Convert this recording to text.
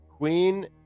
Queen